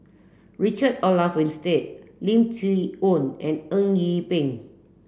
Richard Olaf Winstedt Lim Chee Onn and Eng Yee Peng